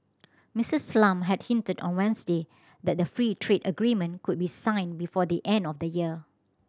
Missus Lam had hinted on Wednesday that the free trade agreement could be signed before the end of the year